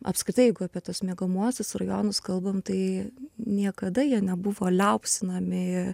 apskritai jeigu apie tuos miegamuosius rajonus kalbam tai niekada jie nebuvo liaupsinami